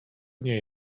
nie